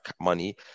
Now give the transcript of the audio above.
money